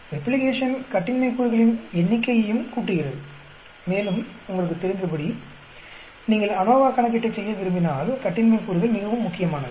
replication கட்டின்மை கூறுகளின் எண்ணிக்கையையும் கூட்டுகிறது மேலும் உங்களுக்குத் தெரிந்தபடி நீங்கள் அநோவா கணக்கீட்டைச் செய்ய விரும்பினால் கட்டின்மை கூறுகள் மிகவும் முக்கியமானது